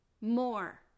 more